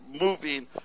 moving